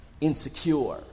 Insecure